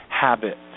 habit